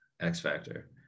x-factor